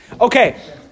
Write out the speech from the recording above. Okay